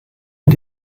mit